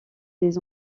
des